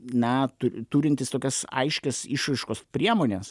na tu turintis tokias aiškias išraiškos priemones